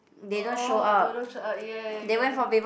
oh shirt ah ya ya ya you have a